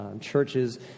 churches